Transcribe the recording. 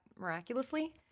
miraculously